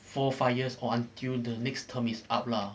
four five years or until the next term is up lah